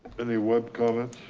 any web comments?